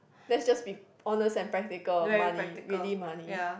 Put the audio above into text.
let's just be honest and practical money really money